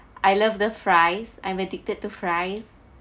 I love the fries I'm addicted to fries